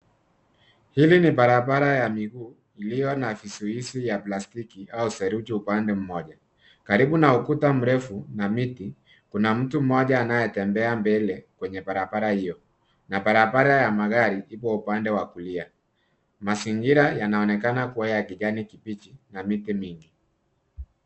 Hili ni barabara ya mguu lililo na vizuizi vya plastiki au seruji upande mmoja. Karibu na ukuta mrefu na miti kuna mtu mmoja anayetembea mbele kwenye barabara hiyo na barabara ya magari iko upande wa kulia. Mazingira yanaonekana kuwa ya kijani kibichi na miti mingi.